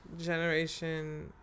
generation